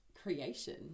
creation